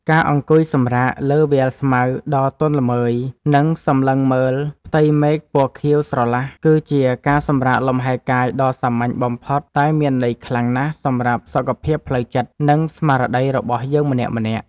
ការអង្គុយសម្រាកលើវាលស្មៅដ៏ទន់ល្មើយ និង សម្លឹងមើលមេឃពណ៌ខៀវស្រឡះគឺជាការសម្រាកលំហែកាយដ៏សាមញ្ញបំផុតតែមានន័យខ្លាំងណាស់សម្រាប់សុខភាពផ្លូវចិត្ត និង ស្មារតីរបស់យើងម្នាក់ៗ។